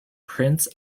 prince